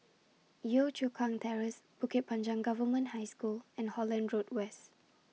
Yio Chu Kang Terrace Bukit Panjang Government High School and Holland Road West